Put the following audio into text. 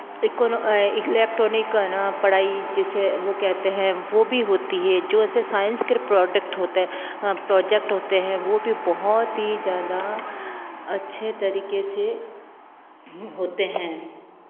इकोनो electronic है ना पढ़ाई जिसे वो कहते हैं वो भी होती है जो ऐसे साइंस के प्रोडक्ट होते हैं प्रोजेक्ट होते हैं वो भी बहुत ही ज़्यादा अच्छे तरीक़े से होते हैं